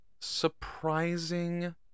surprising